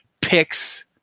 picks